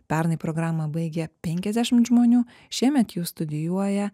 pernai programą baigė penkiasdešimt žmonių šiemet jų studijuoja